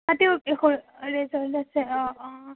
তাতেও হয় ৰিজৰ্ট আছে অঁ অঁ